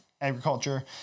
agriculture